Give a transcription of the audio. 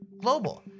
global